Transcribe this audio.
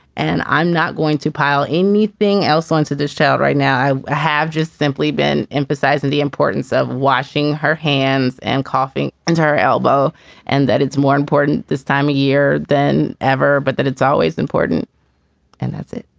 and i'm not going to pile anything else onto this town right now. i have just simply been emphasizing the importance of washing her hands and coughing and her elbow and that it's more important this time of year than ever, but that it's always important and that's it.